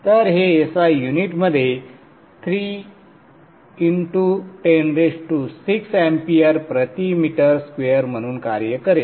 तर हे SI युनिटमध्ये 3x106amps प्रति मीटर स्क्वेअर म्हणून कार्य करेल